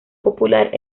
popular